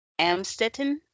Amstetten